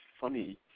funny